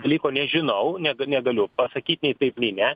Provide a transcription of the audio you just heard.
dalyko nežinau ne negaliu pasakyti ne taip nei ne